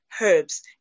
herbs